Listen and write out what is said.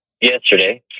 yesterday